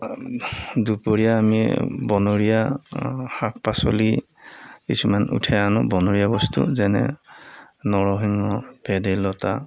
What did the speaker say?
দুপৰীয়া আমি বনৰীয়া শাক পাচলি কিছুমান উঠাই আনোঁ বনৰীয়া বস্তু যেনে নৰসিংহ ভেদাইলতা